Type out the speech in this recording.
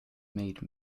made